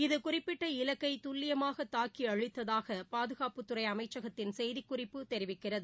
இது குறிப்பிட்ட இலக்கை துல்லியமாக தாக்கி அழித்ததாக பாதுகாப்பு துறை அமைச்சகத்தின் செய்திக்குறிப்பு தெரிவிக்கிறது